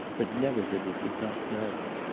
but never that it did not know.